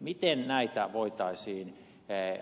miten näitä voitaisiin